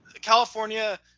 California –